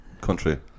country